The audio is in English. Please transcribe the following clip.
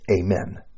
Amen